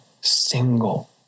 single